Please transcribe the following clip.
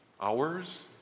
Hours